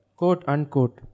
quote-unquote